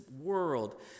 world